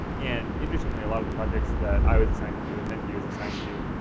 and interestingly, a lot of the projects that i was assigned to you and then he was assigned to you,